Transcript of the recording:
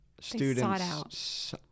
students